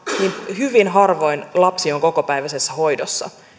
hyvin harvoin lapsi on kokopäiväisessä hoidossa